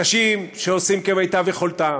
אנשים שעושים כמיטב יכולתם,